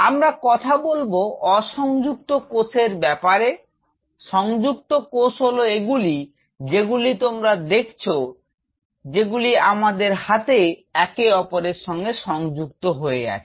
আমরা কথা বলব অসংযুক্ত কোষের ব্যাপারে সংযুক্ত কোষ হল এগুলি যেগুলি তোমরা দেখছ যেগুলি আমাদের হাতেই একে অপরের সঙ্গে সংযুক্ত হয়ে আছে